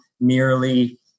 merely